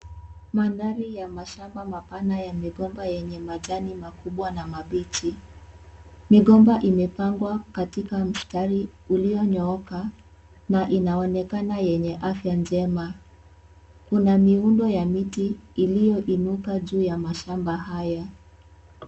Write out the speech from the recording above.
Mandhari ya mashamba makubwa yenye migomba yenye majani makubwa na mapichi. Migomba imepangwa katika mstari ulionyooka na inaonekana yenye afya njema. Kuna miundo ya miti iliyoinuka juu ya mashamba haya.